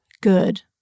good